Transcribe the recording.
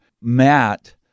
Matt